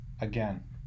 again